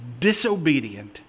disobedient